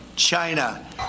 China